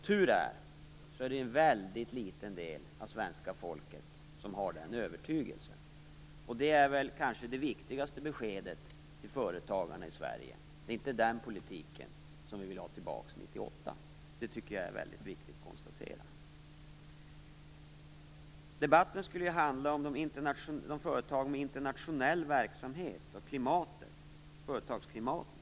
Det är, som tur är, en väldigt liten del av svenska folket som har den övertygelsen. Det är kanske det viktigaste beskedet till företagarna i Sverige: Det är inte den politiken som vi vill ha tillbaka 1998. Det är väldigt viktigt att konstatera det. Debatten skulle ju handla om företag med internationell verksamhet och företagsklimatet.